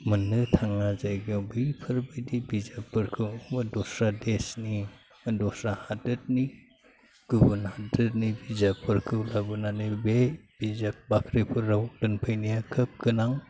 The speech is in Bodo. मोननो थाङा जायगायाव बैफोरबायदि बिजाबफोरखौबो दस्रा देसनि दस्रा हादरनि गुबुन हादरनि बिजाबफोरखौ लाबोनानै बे बिजाब बाख्रिफोराव दोनफैनाया खोब गोनां